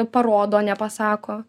parodo o ne pasako